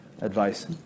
advice